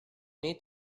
need